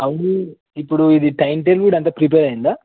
అవును ఇప్పుడు ఇది టైమ్ టేబుల్ అంతా కూడా ప్రిపేర్ అయ్యిందా